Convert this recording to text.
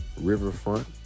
Riverfront